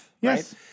Yes